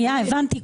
הבנתי.